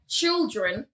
children